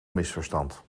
misverstand